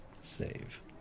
save